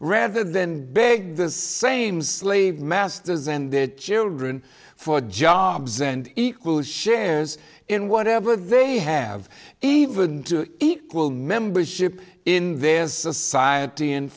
rather than beg the same slave masters and their children for jobs and equal shares in whatever they have even to equal membership in their society and